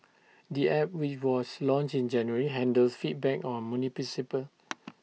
the app which was launched in January handles feedback on municipal